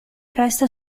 resta